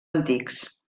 antics